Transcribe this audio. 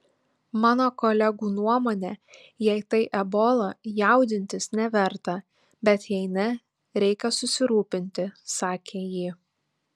mano kolegų nuomone jei tai ebola jaudintis neverta bet jei ne reikia susirūpinti sakė ji